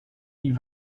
die